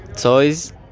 toys